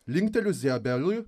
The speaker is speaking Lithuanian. linkteliu ziabeliui